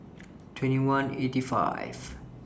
twenty one fifty eight